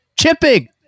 Chipping